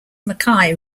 mackay